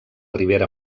ribera